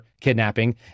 kidnapping